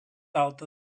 alta